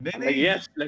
yes